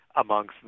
Amongst